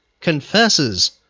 confesses